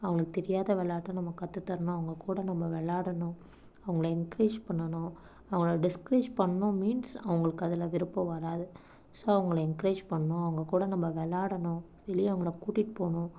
அவங்களுக்கு தெரியாத விளாட்ட நம்ம கற்றுத்தரணும் அவங்ககூட நம்ம விளாடணும் அவங்கள என்கரேஜ் பண்ணணும் அவங்கள டிஸ்கரேஜ் பண்ணிணோம் மீன்ஸ் அவங்களுக்கு அதில் விருப்பம் வராது ஸோ அவங்கள என்கரேஜ் பண்ணணும் அவங்ககூட நம்ம விளாடணும் இல்லையா அவங்கள கூட்டிகிட்டு போகணும்